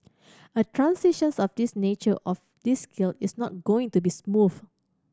a transitions of this nature of this scale is not going to be smooth